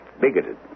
bigoted